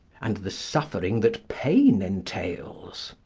and the suffering that pain entails.